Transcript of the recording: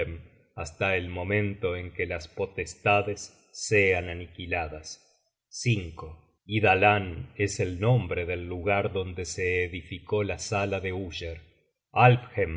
hasta el momento en que las potestades sean aniquiladas ydalan es el nombre del lugar donde se edificó la sala de uller